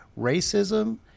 racism